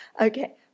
Okay